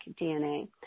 DNA